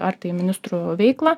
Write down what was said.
ar tai ministrų veiklą